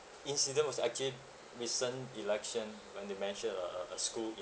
incident was actually recent election when they mentioned a a a school in